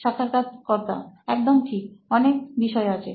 সাক্ষাৎকারকর্তা একদম ঠিক অনেক বিষয় আছে